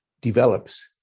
develops